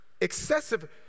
Excessive